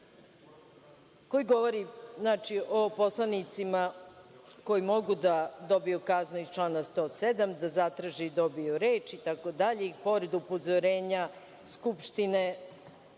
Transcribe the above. koji govori o poslanicima koji mogu da dobiju kaznu iz člana 107, da zatraže i dobiju reč, itd, i pored upozorenja Skupštine